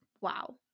wow